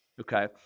Okay